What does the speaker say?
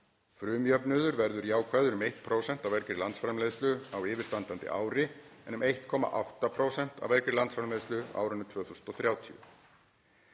Frumjöfnuður verður jákvæður um 1% af vergri landsframleiðslu á yfirstandandi ári en um 1,8% af vergri landsframleiðslu á árinu 2030.